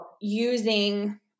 using